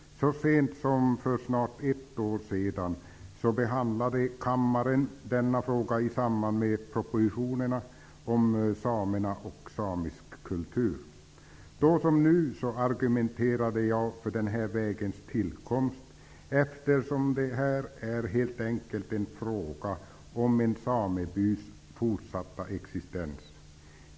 Så sent som för snart ett år sedan behandlade kammaren denna fråga i samband med propositionerna om samerna och samisk kultur. Då, som nu, argumenterade jag för denna vägs tillkomst, eftersom det här är fråga om en samebygds fortsatta existens.